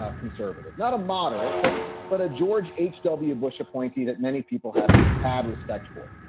ah conservative, not a moderate, but but a george h w. bush appointee that many people had risk had respect for.